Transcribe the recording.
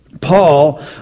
Paul